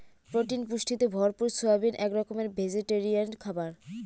protein পুষ্টিতে ভরপুর soybean এক রকমের ভেজিটেরিয়ান খাবার